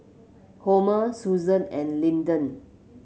Homer Susan and Lyndon